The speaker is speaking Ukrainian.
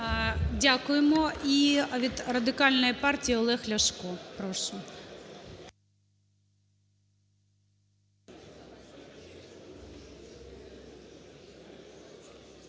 Дякуємо. І від Радикальної партії - Олег Ляшко.